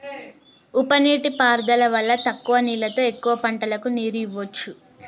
ఉప నీటి పారుదల వల్ల తక్కువ నీళ్లతో ఎక్కువ పంటలకు నీరు ఇవ్వొచ్చు